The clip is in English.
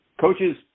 coaches